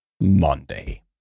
Monday